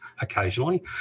occasionally